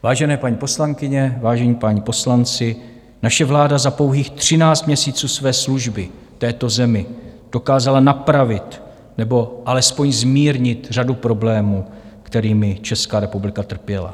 Vážené paní poslankyně, vážení páni poslanci, naše vláda za pouhých 13 měsíců své služby této zemi dokázala napravit nebo alespoň zmírnit řadu problémů, kterými Česká republika trpěla.